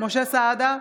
משה סעדה,